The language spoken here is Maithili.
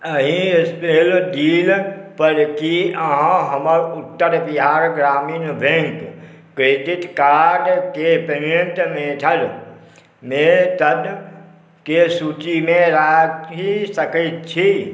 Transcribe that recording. एहि स्नैपडीलपर कि अहाँ हमर उत्तर बिहार ग्रामीण बैँक क्रेडिट कार्डके पेमेन्ट मेथड मेथडके सूचीमे राखि सकै छी